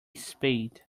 spade